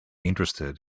interested